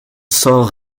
sort